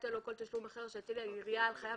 היטל או כל תשלום אחר שהטילה עירייה על חייב